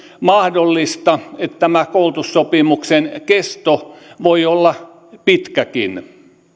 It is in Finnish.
mahdollista että tämä koulutussopimuksen kesto voi olla pitkäkin